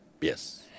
Yes